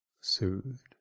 soothed